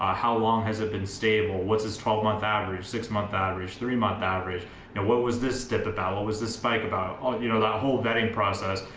ah how long has it been stable? what's it's twelve month average, six month average, three month average? and what was this dip about? what was this spike about? you know, that whole vetting process.